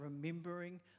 remembering